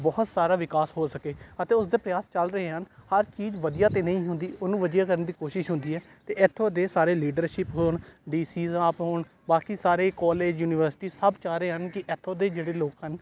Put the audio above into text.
ਬਹੁਤ ਸਾਰਾ ਵਿਕਾਸ ਹੋ ਸਕੇ ਅਤੇ ਉਸ ਦੇ ਪ੍ਰਿਆਸ ਚੱਲ ਰਹੇ ਹਨ ਹਰ ਚੀਜ਼ ਵਧੀਆ ਤਾਂ ਨਹੀਂ ਹੁੰਦੀ ਉਹਨੂੰ ਵਧੀਆ ਕਰਨ ਦੀ ਕੋਸ਼ਿਸ਼ ਹੁੰਦੀ ਹੈ ਅਤੇ ਇੱਥੋਂ ਦੇ ਸਾਰੇ ਲੀਡਰਸ਼ਿਪ ਹੋਣ ਡੀ ਸੀ ਸਾਹਿਬ ਹੋਣ ਬਾਕੀ ਸਾਰੇ ਕੋਲਜ ਯੂਨੀਵਰਸਿਟੀ ਸਭ ਚਾਹ ਰਹੇ ਹਨ ਕਿ ਇੱਥੋਂ ਦੇ ਜਿਹੜੇ ਲੋਕ ਹਨ